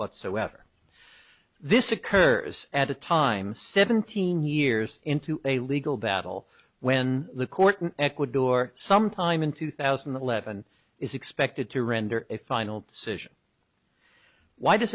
whatsoever this occurs at a time seventeen years into a legal battle when the court ecuador sometime in two thousand and eleven is expected to render a final decision why does